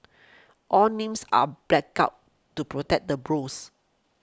all names are blacked out to protect the bros